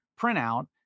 printout